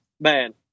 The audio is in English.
man